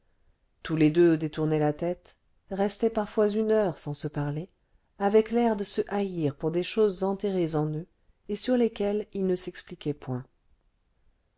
tous les deux détournaient la tête restaient parfois une heure sans se parler avec l'air de se haïr pour des choses enterrées en eux et sur lesquelles ils ne s'expliquaient point